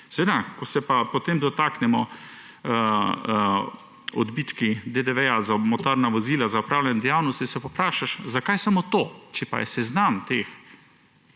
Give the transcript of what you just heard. Seveda, ko se pa potem dotaknemo odbitkov DDV za motorna vozila za opravljanje dejavnosti, se pa vprašaš, zakaj samo to, če pa je seznam teh